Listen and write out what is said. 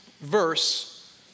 verse